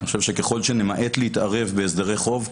אני חושב שככל שנמעט להתערב בהסדרי חוב,